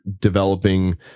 developing